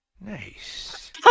Nice